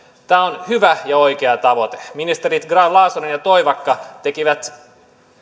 tämä on hyvä ja oikea tavoite ministerit grahn laasonen ja toivakka tekivät